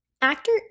Actor